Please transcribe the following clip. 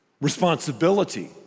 responsibility